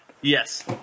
Yes